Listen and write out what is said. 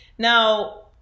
Now